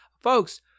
Folks